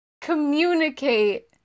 communicate